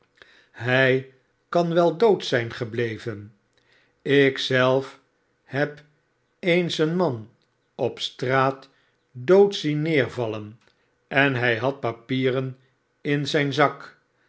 hij kan wel dood zijn gebleven ik zelf heb eens een man op straat dood zien neervallen en hi had papieren in zijn zak